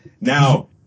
Now